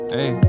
Hey